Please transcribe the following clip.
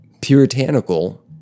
puritanical